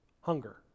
hunger